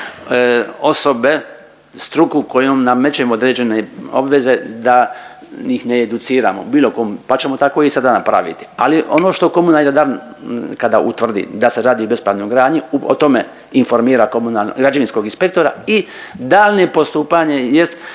osobe struku kojom namećemo određene obveze da njih ne educiramo bilo kom, pa ćemo tako i sada napraviti, ali ono što komunalni redar kada utvrdi da se radi o bespravnoj gradnji i o tome informira komunal… građevinskog inspektora i daljnje postupanje jest